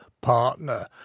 partner